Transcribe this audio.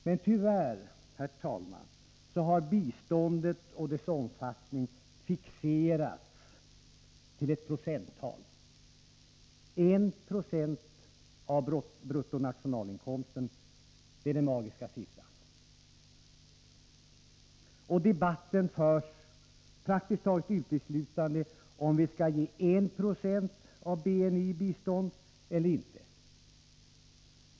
Men tyvärr, herr talman, har biståndet och dess omfattning fixerats till ett procenttal — 1 20 av bruttonationalinkomsten är den magiska siffran. Debatten gäller praktiskt taget uteslutande, om vi ska ge 1 90 av BNI i bistånd eller inte.